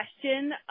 question